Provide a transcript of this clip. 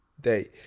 day